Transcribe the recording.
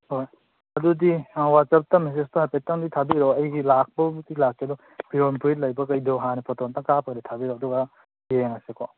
ꯍꯣꯏ ꯑꯗꯨꯗꯤ ꯑꯥ ꯋꯥꯆꯞꯇ ꯃꯦꯁꯦꯁꯇꯣ ꯍꯥꯏꯐꯦꯠꯇꯪꯗꯤ ꯊꯥꯕꯤꯔꯛꯑꯣ ꯑꯩꯁꯤ ꯂꯥꯛꯄꯕꯨꯗꯤ ꯂꯥꯛꯀꯦ ꯑꯗꯣ ꯐꯤꯔꯣꯟ ꯐꯨꯔꯤꯠ ꯂꯩꯕꯈꯩꯗꯣ ꯍꯥꯟꯅ ꯐꯣꯇꯣ ꯑꯝꯇꯪ ꯀꯥꯞꯄꯒꯗꯤ ꯊꯥꯕꯤꯔꯛꯑꯣ ꯑꯗꯨꯒ ꯌꯦꯡꯉꯁꯦꯀꯣ